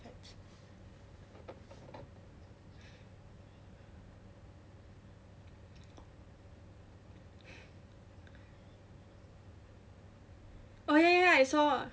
oh ya ya ya I saw